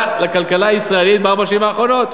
לכלכלה הישראלית בארבע השנים האחרונות.